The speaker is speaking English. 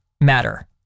matter